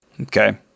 okay